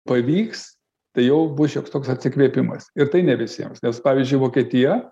pavyks tai jau bus šioks toks atsikvėpimas ir tai ne visiems nes pavyzdžiui vokietija